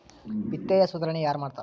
ವಿತ್ತೇಯ ಸುಧಾರಣೆ ಯಾರ್ ಮಾಡ್ತಾರಾ